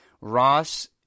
Ross